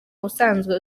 ubusanzwe